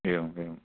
एवम् एवम्